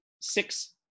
six